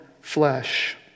flesh